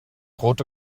rote